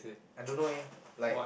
I don't know eh like